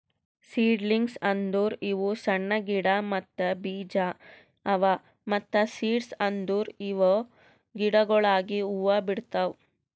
seedlings ಅಂದುರ್ ಇವು ಸಣ್ಣ ಗಿಡ ಮತ್ತ್ ಬೀಜ ಅವಾ ಮತ್ತ ಸೀಡ್ಸ್ ಅಂದುರ್ ಇವು ಗಿಡಗೊಳಾಗಿ ಹೂ ಬಿಡ್ತಾವ್